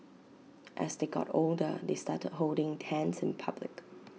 as they got older they started holding hands in public